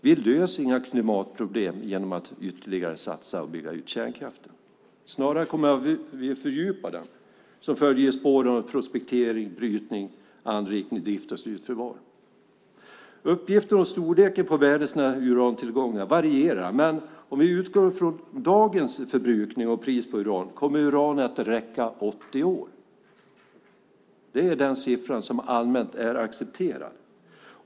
Vi löser inga klimatproblem genom att ytterligare satsa på och bygga ut kärnkraften. Vi kommer snarare att fördjupa dem som en följd av prospektering, brytning, anrikning, drift och slutförvar. Uppgifter om storleken på världens urantillgångar varierar. Om vi utgår från dagens förbrukning och pris på uran kommer uranet att räcka i 80 år. Det är en siffra som är allmänt accepterad.